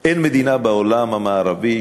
אין מדינה בעולם המערבי